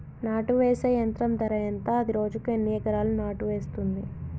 నాటు వేసే యంత్రం ధర ఎంత? అది రోజుకు ఎన్ని ఎకరాలు నాటు వేస్తుంది?